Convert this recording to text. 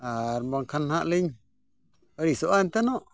ᱟᱨ ᱵᱟᱝᱠᱷᱟᱱ ᱦᱟᱸᱜ ᱞᱤᱧ ᱟᱹᱲᱤᱥᱚᱜᱼᱟ ᱮᱱᱛᱮᱱᱚᱜ